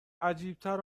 عجیبتر